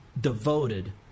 devoted